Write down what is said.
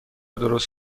درست